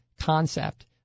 concept